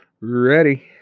Ready